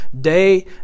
day